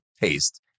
taste